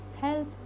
health